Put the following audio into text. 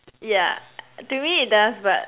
yeah to me it does but